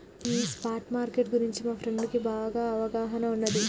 ఈ spot market గురించి మా ఫ్రెండుకి బాగా అవగాహన ఉన్నాది